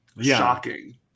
shocking